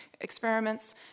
experiments